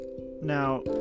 Now